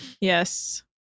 Yes